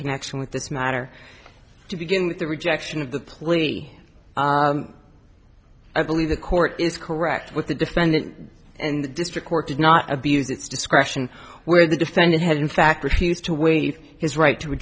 connection with this matter to begin with the rejection of the plea i believe the court is correct with the defendant and the district court did not abuse its discretion where the defendant had in fact refused to waive his right to a